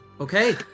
Okay